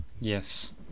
Yes